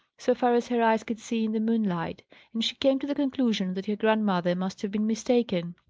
so far as her eyes could see in the moonlight and she came to the conclusion that her grandmother must have been mistaken.